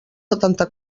setanta